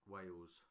Wales